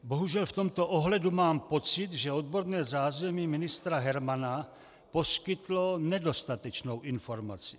Bohužel v tomto ohledu mám pocit, že odborné zázemí ministra Hermana poskytlo nedostatečnou informaci.